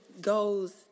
goes